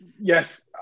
Yes